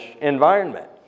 environment